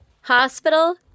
hospital